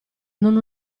non